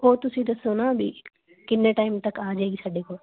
ਉਹ ਤੁਸੀਂ ਦੱਸੋ ਨਾ ਵੀ ਕਿੰਨੇ ਟਾਈਮ ਤੱਕ ਆ ਜਾਏਗੀ ਸਾਡੇ ਕੋਲ